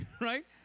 Right